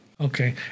Okay